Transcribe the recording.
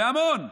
זה המון,